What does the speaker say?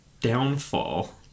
downfall